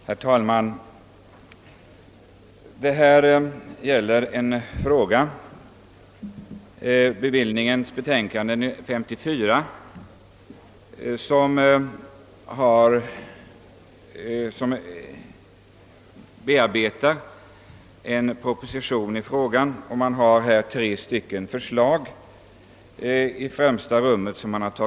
Herr talman! I bevillningsutskottets betänkande nr 54 behandlas i främsta rummet tre förslag, som framlagts i proposition nr 127.